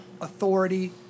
authority